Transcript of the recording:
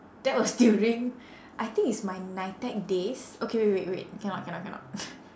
that was during I think it's my nitec days okay wait wait wait cannot cannot cannot